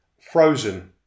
frozen